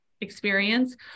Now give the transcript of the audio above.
experience